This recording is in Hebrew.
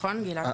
נכון גלעד?